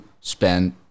spend